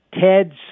ted's